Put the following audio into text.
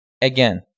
again